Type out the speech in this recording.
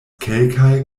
kelkaj